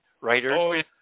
writer